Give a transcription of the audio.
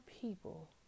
people